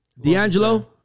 D'Angelo